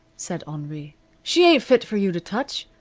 said henri she ain't fit for you to touch.